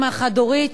אמא חד-הורית,